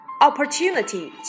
Opportunity